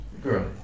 Girl